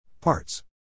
Parts